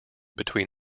between